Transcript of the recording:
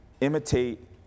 imitate